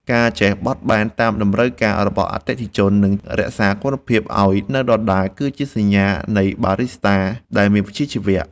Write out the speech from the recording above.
ការចេះបត់បែនតាមតម្រូវការរបស់អតិថិជន និងរក្សាគុណភាពឱ្យនៅដដែល គឺជាសញ្ញានៃបារីស្តាដែលមានវិជ្ជាជីវៈ។